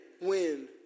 win